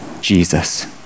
Jesus